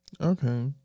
Okay